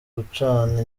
gucana